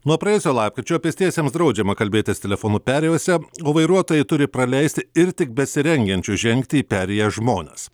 nuo praėjusio lapkričio pėstiesiems draudžiama kalbėtis telefonu perėjose o vairuotojai turi praleisti ir tik besirengiančius žengti į perėją žmones